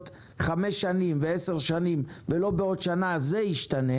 חמש שנים ו-10 שנים ולא בעוד שנה זה ישתנה